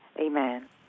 Amen